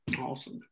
awesome